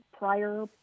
Prior